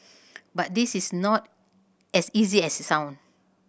but this is not as easy as it sounds